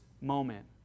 moment